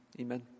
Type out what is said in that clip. amen